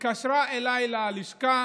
התקשרה אליי ללשכה